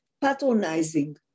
patronizing